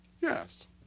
Yes